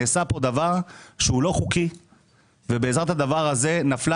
נעשה כאן דבר שהוא לא חוקי והדבר הזה היה